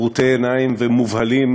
טרוטי עיניים ומובהלים,